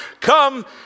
Come